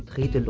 eight and